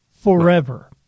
forever